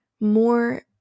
more